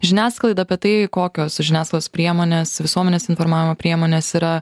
žiniasklaidą apie tai kokios žiniasklaidos priemonės visuomenės informavimo priemonės yra